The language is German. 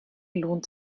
lohnt